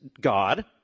God